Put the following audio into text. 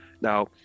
Now